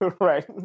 Right